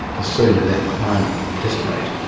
the sooner that climate will dissipate.